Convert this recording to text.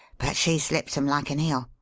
but she slips em like an eel.